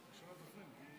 פעם ראשונה שאני מדבר כשאתה פה.